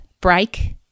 break